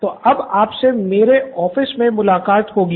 professor तो अब आपसे मेरे ऑफिस में मुलाक़ात होगी